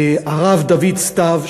הרב דוד סתיו,